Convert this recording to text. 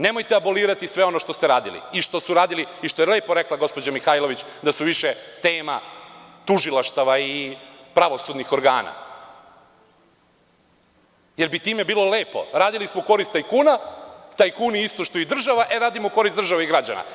Nemojte abolirati sve ono što ste radili i što su radili i što je lepo rekla gospođa Mihajlović, da su više tema tužilaštava i pravosudnih organa, jer bi time bilo lepo, radili smo u korist tajkuna, tajkuni isto što i država, e radimo u korist države i građana.